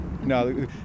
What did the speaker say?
No